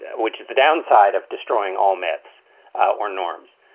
which is the downside of destroying all myths or norms.